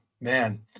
man